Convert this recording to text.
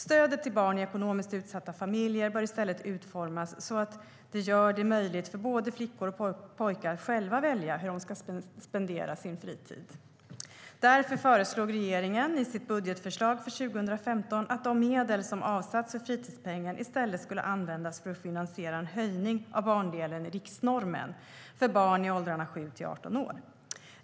Stödet till barn i ekonomiskt utsatta familjer bör i stället utformas så att det gör det möjligt för både flickor och pojkar att själva välja hur de ska spendera sin fritid. Därför föreslog regeringen i sitt budgetförslag för 2015 att de medel som avsatts för fritidspengen i stället skulle användas för att finansiera en höjning av barndelen i riksnormen för barn i åldrarna 7-18 år.